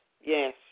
yes